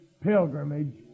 pilgrimage